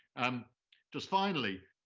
um just finally,